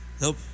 Nope